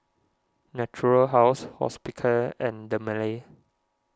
Natura House Hospicare and Dermale